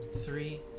three